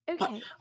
Okay